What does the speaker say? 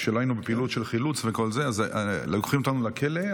וכשלא היינו בפעילות של חילוץ וכו' היו לוקחים אותנו לכלא.